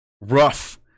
rough